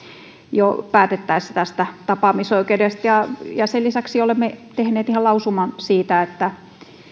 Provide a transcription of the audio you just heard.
jo päätettäessä tapaamisoikeudesta sen lisäksi olemme tehneet ihan lausuman siitä että